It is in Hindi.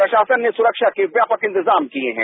प्रशासन ने सुरक्षा के व्यापक इंतजाम किए हैं